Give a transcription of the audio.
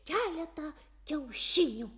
keletą kiaušinių